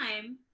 time